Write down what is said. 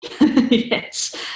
Yes